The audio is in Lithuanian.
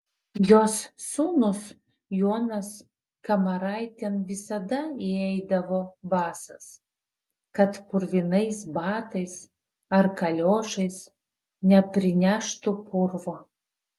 jos sūnus jonas kamaraitėn visada įeidavo basas kad purvinais batais ar kaliošais neprineštų purvo